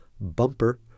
bumper